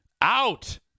out